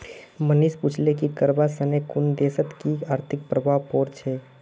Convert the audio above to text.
मनीष पूछले कि करवा सने कुन देशत कि आर्थिक प्रभाव पोर छेक